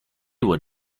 were